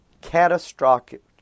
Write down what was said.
catastrophic